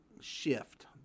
shift